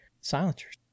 Silencers